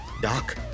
Doc